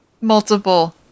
multiple